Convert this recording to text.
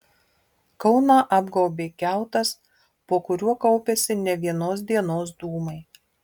kauną apgaubė kiautas po kuriuo kaupiasi ne vienos dienos dūmai